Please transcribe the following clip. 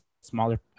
smaller